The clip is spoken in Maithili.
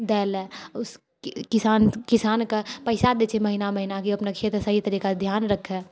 दए लए उस किसान किसानके पैसा देइ छै महिना महिना कि ओ अपन खेतके सही तरिकासँ ध्यान राखए